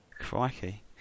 Crikey